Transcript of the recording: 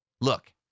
Look